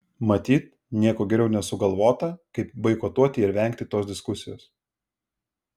matyt nieko geriau nesugalvota kaip boikotuoti ir vengti tos diskusijos